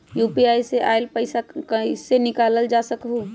UPI से आईल पैसा कईसे जानल जा सकहु?